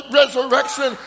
resurrection